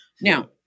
Now